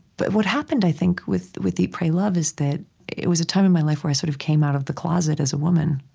but what happened, i think, with with eat pray love is that it was a time in my life where i sort of came out of the closet as a woman.